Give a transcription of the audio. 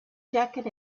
jacket